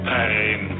Pain